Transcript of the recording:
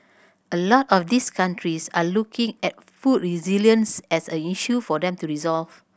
a lot of these countries are looking at food resilience as an issue for them to resolve